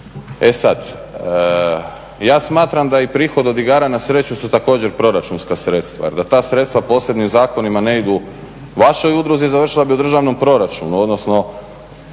E sad, ja smatram da i prihod od igara na sreću su također proračunska sredstva jer da ta sredstva posebnim zakonima ne idu vašoj udruzi završila bi u Državnom proračunu odnosno